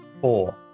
four